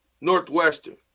Northwestern